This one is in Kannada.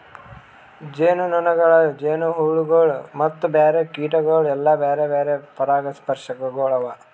ಜೇನುನೊಣಗೊಳ್, ಜೇನುಹುಳಗೊಳ್ ಮತ್ತ ಬ್ಯಾರೆ ಕೀಟಗೊಳ್ ಎಲ್ಲಾ ಬ್ಯಾರೆ ಬ್ಯಾರೆ ಪರಾಗಸ್ಪರ್ಶಕಗೊಳ್ ಅವಾ